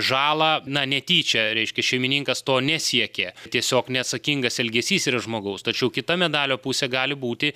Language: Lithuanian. žalą na netyčia reiškia šeimininkas to nesiekė tiesiog neatsakingas elgesys yra žmogaus tačiau kita medalio pusė gali būti